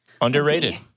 Underrated